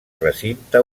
recinte